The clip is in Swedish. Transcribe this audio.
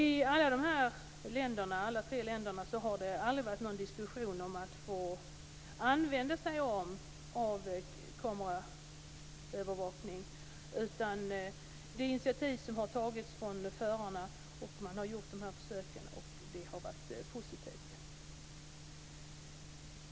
I alla tre länderna har det aldrig varit någon diskussion om detta med att få använda sig av kameraövervakning, utan det är ett initiativ som har tagits av förarna. Man har således gjort sådana här försök och det hela har varit positivt.